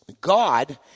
God